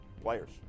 players